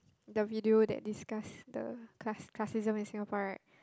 the video that discuss the class~ classism in Singapore right